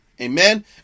Amen